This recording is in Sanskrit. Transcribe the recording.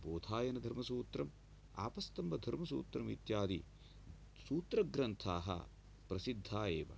बोधायनधर्मसूत्रम् आपस्तम्भधर्मसूत्रम् इत्यादि सूत्र ग्रन्थाः प्रसिद्धा एव